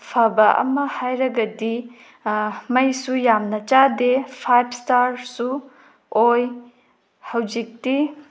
ꯐꯕ ꯑꯃ ꯍꯥꯏꯔꯒꯗꯤ ꯃꯩꯁꯨ ꯌꯥꯝꯅ ꯆꯥꯗꯦ ꯐꯥꯏꯕ ꯏꯁꯇꯥꯔꯁꯨ ꯑꯣꯏ ꯍꯧꯖꯤꯛꯇꯤ